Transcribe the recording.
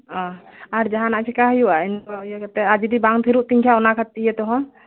ᱚᱻ ᱟᱨ ᱡᱟᱦᱟᱱᱟᱜ ᱪᱤᱠᱟ ᱦᱩᱭᱩᱜᱼᱟ ᱤᱱᱟᱹ ᱠᱚ ᱤᱭᱟᱹ ᱠᱟᱛᱮᱫ ᱟᱨ ᱡᱩᱫᱤ ᱵᱟᱝ ᱛᱷᱤᱨᱚᱜ ᱛᱤᱧ ᱠᱷᱟᱱ ᱚᱱᱟ ᱠᱚ ᱤᱭᱟᱹ ᱛᱮᱦᱚᱸ